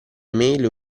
email